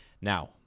Now